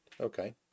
Okay